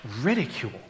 ridicule